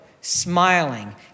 smiling